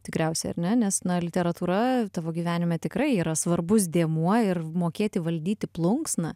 tikriausiai ar ne nes na literatūra tavo gyvenime tikrai yra svarbus dėmuo ir mokėti valdyti plunksną